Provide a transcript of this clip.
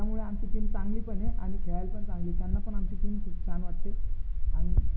त्यामुळे आमची टीम चांगली पण आहे आणि खेळायला पण चांगली आहे त्यांना पण आमची टीम खूप छान वाटते आणि